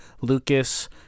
Lucas